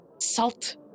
salt